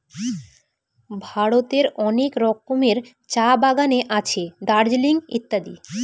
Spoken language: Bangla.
ভারতের অনেক রকমের চা বাগানে আছে দার্জিলিং এ ইত্যাদি